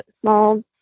small